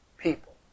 people